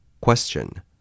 Question